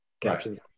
captions